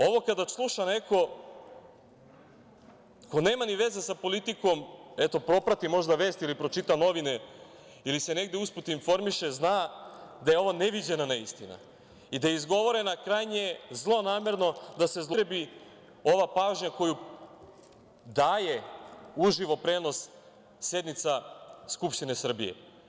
Ovo kada sluša neko ko nema ni veze sa politikom, eto, proprati možda vesti ili pročita novine, ili se negde uz put informiše, zna da je ovo neviđena neistina i da je izgovorena krajnje zlonamerno, da se zloupotrebi ova pažnja koju daje uživo prenos sednica Skupštine Srbije.